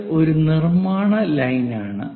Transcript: ഇത് ഒരു നിർമാണ ലൈനാണ്